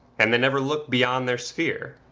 and they never look beyond their sphere.